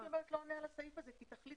מה שאת אומרת לא עונה על הסעיף הזה כי תכלית